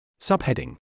Subheading